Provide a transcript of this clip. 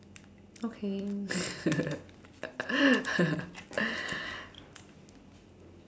okay